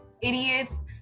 idiots